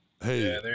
Hey